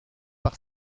par